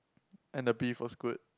and the beef was good